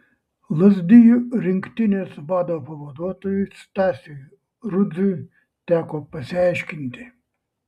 lazdijų rinktinės vado pavaduotojui stasiui rudziui teko pasiaiškinti